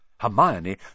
Hermione